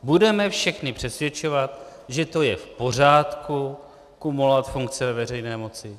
Budeme všechny přesvědčovat, že to je v pořádku kumulovat funkce ve veřejné moci.